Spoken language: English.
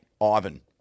Ivan